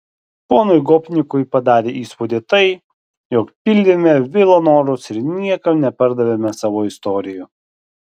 ponui gopnikui padarė įspūdį tai jog pildėme vilo norus ir niekam nepardavėme savo istorijų